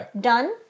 done